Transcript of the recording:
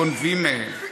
גונבים מהם.